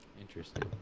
Interesting